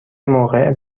موقع